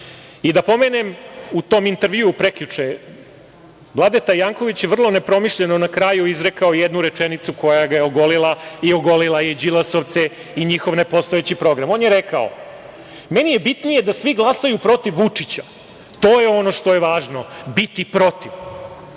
pomenem, u tom intervju prekjuče, Vladeta Janković je vrlo nerpomišljeno na kraju izrekao jednu rečenicu koja ga je ogolila i ogolila Đilasovce i njihov nepostojeći program. On je rekao – meni je bitnije da svi glasaju protiv Vučića, to je ono što je važno, biti protiv.